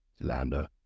Lando